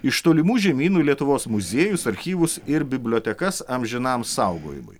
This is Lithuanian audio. iš tolimų žemynų į lietuvos muziejus archyvus ir bibliotekas amžinam saugojimui